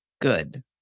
good